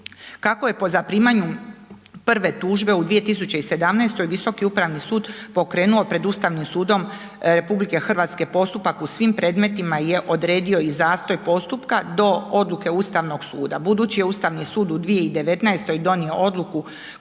Kako je po zaprimanju prve tužbe u 2017. visoki upravni sud pokrenuo pred Ustavnim sudom RH postupak u svim predmetima je odredio i zastoj postupka do odluke ustavnog suda. Budući je ustavni sud u 2019. donio odluku